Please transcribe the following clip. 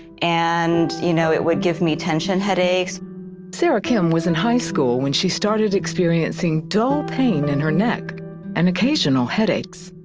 and, you know, it would give me tension headaches. reporter sarah kim was in high school when she started experiencing dull pain in her neck and occasional headaches.